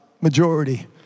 majority